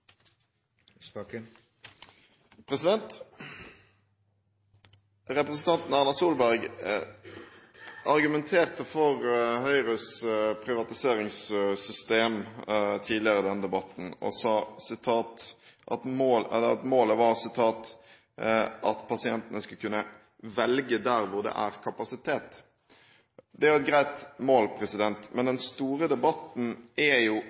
Representanten Erna Solberg argumenterte for Høyres privatiseringssystem tidligere i denne debatten, og sa at målet var at pasientene skulle kunne velge «der hvor det er kapasitet». Det er et greit mål, men den store debatten er jo